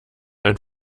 ein